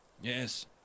Yes